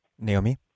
Naomi